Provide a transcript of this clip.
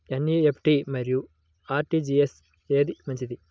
NEFT మరియు RTGS ఏది మంచిది?